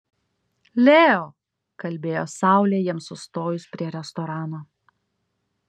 leo kalbėjo saulė jiems sustojus prie restorano